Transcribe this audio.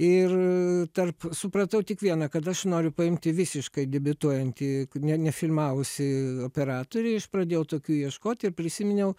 ir tarp supratau tik vieną kad aš noriu paimti visiškai debiutuojantį ne nefilmavusį operatorių aš pradėjau tokių ieškoti ir prisiminiau